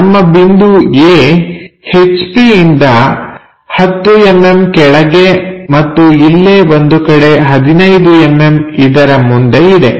ನಮ್ಮ ಬಿಂದು A H P ಇಂದ 10mm ಕೆಳಗೆ ಮತ್ತು ಇಲ್ಲೇ ಒಂದು ಕಡೆ 15mm ಇದರ ಮುಂದೆ ಇದೆ